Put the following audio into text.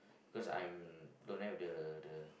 because I'm don't have the the